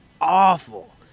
awful